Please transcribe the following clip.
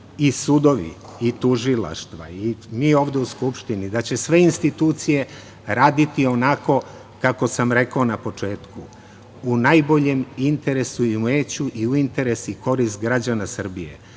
i sudovi i tužilaštva i mi ovde u Skupštini, da će sve institucije raditi onako kako sam rekao na početku, u najboljem interesu i umeću i u interes i korist građana Srbije. Da